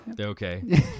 Okay